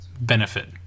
benefit